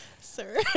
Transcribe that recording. Sir